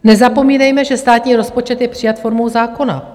Nezapomínejme, že státní rozpočet je přijat formou zákona.